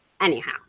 Anyhow